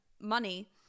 money